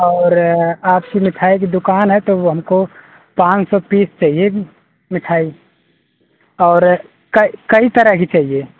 और आपकी मिठाई की दुकान है तो हमको पाँच सौ पीस चाहिए मिठाई और कइ कई तरह की चाहिए